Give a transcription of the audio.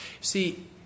See